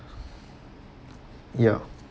ya